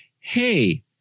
hey